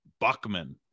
buckman